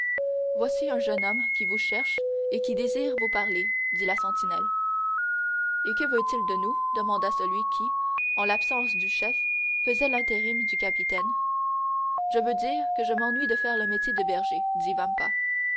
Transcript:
voici un jeune homme qui vous cherche et qui désire vous parler dit la sentinelle et que veut-il nous dire demanda celui qui en l'absence du chef faisait l'intérim du capitaine je veux dire que je m'ennuie de faire le métier de berger